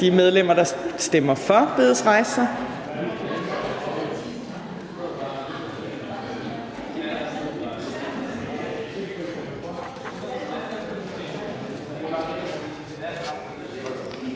De medlemmer, der stemmer for, bedes rejse